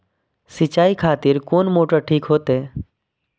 सीचाई खातिर कोन मोटर ठीक होते?